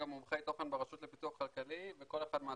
מומחי תוכן ברשות לפיתוח כלכלי בכל אחד מהתחומים,